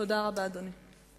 תודה רבה, אדוני.